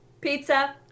Pizza